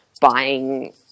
buying